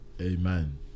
amen